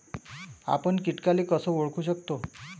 आपन कीटकाले कस ओळखू शकतो?